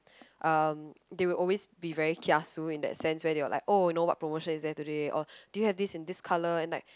um they will always be very kiasu in that sense where they will like oh you know what promotion is there today or do you have this and this colour and like